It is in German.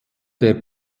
der